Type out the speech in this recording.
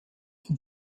von